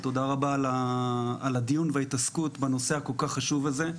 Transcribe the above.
ותודה על הדיון והעיסוק בנושא הכל כך חשוב הזה.